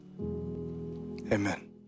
Amen